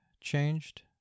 changed